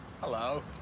Hello